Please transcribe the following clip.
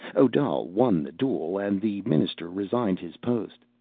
odal won the duel, and the minister resigned his post.